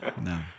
no